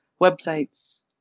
websites